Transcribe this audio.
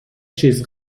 چیز